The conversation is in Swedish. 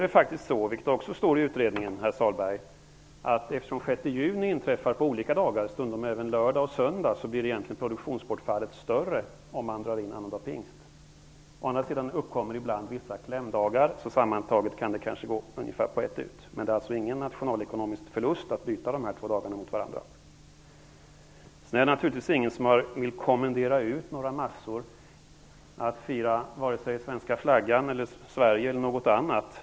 Det står faktiskt i utredningen, herr Sahlberg, att eftersom den 6 juni inträffar på olika dagar, stundom även lördag och söndag, blir egentligen produktionsbortfallet större om man har kvar annandag pingst. Å andra sidan uppkommer ibland vissa klämdagar, så sammantaget kan det kanske gå på ett ut. Men det är ingen nationalekonomisk förlust att byta dessa två dagar mot varandra. Det är naturligtvis ingen som vill kommendera ut några massor att fira vare sig svenska flaggan, Sverige eller något annat.